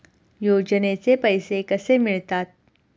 योजनेचे पैसे कसे मिळतात?